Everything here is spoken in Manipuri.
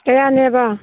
ꯀꯌꯥꯅꯦꯕ